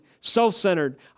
self-centered